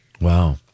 Wow